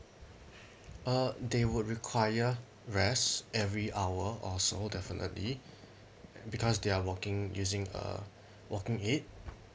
uh they would require rest every hour or so definitely because they are walking using a walking aid